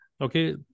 Okay